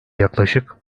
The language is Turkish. yaklaşık